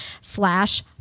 slash